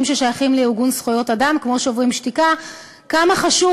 ששייכים לארגון זכויות אדם כמו "שוברים שתיקה" כמה חשוב